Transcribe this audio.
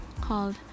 called